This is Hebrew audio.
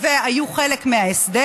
והיו חלק מההסדר.